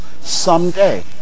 someday